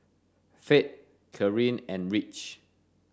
Fate Karyn and Ridge